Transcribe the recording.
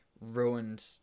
ruined